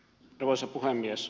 arvoisa puhemies